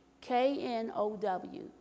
K-N-O-W